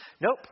Nope